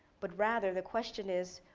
but rather, the question is,